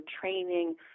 training